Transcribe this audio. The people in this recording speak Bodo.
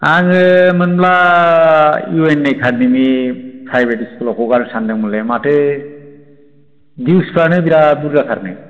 आङो मोनब्ला इउ एन एकादेमि प्रायभेत स्कुलाव हगारनो सानदोंमोनलै माथो दिउस फ्रानो बिराद बुरजाथारनो